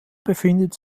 befindet